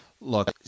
Look